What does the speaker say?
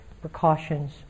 precautions